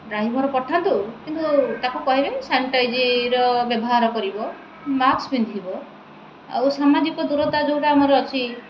driver ପଠାନ୍ତୁ କିନ୍ତୁ ତାକୁ କହିବେ ସାନିଟାଇଜର୍ ବ୍ୟବହାର କରିବ ମାସ୍କ ପିନ୍ଧିବ ଆଉ ସାମାଜିକ ଦୂରତା ଯେଉଁଟା ଆମର ଅଛି